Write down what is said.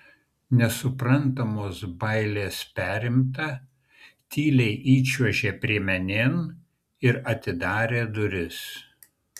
nesuprantamos bailės perimta tyliai įčiuožė priemenėn ir atidarė duris